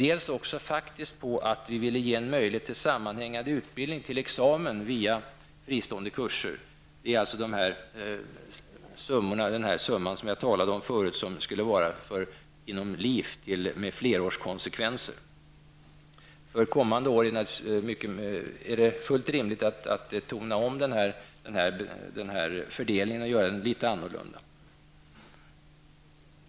Ett annat skäl är att vi ville ge en möjlighet till sammanhängande utbildning till examen via fristående kurser. Det är alltså den summa jag talade om förut som skulle vara inom LIF-anslaget med flerårskonsekvenser. För kommande år är det fullt rimligt att göra den här fördelningen litet annorlunda.